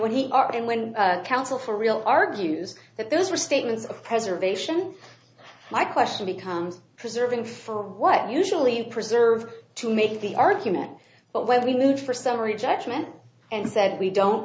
be and when counsel for real argues that those were statements of preservation my question becomes preserving for what usually preserved to make the argument but when we moved for summary judgment and said we don't